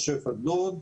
משה פדלון,